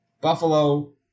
Buffalo